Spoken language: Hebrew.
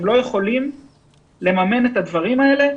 הם לא יכולים לממן את הדברים האלה.